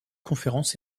conférences